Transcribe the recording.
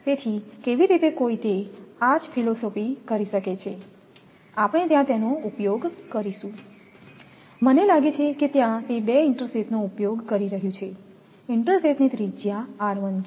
તેથી કેવી રીતે કોઈ તે આ જ ફિલસૂફી કરી શકે છે આપણે ત્યાં તેનો ઉપયોગ કરીશું મને લાગે છે કે ત્યાં તે બે ઇન્ટરસેથનો ઉપયોગ કરી રહ્યું છે ઇન્ટરસેથની ત્રિજ્યા છે